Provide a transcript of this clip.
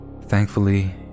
Thankfully